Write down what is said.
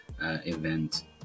event